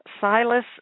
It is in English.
Silas